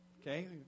Okay